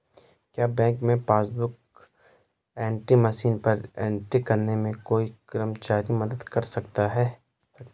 क्या बैंक में passbook book entry machine पर एंट्री करने में कोई कर्मचारी मदद कर सकते हैं?